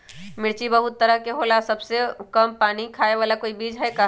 मिर्ची बहुत तरह के होला सबसे कम पानी खाए वाला कोई बीज है का?